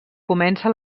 comença